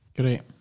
Great